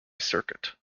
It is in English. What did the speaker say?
circuit